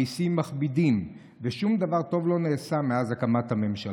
המיסים מכבידים ושום דבר טוב לא נעשה מאז הקמת הממשלה.